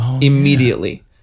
immediately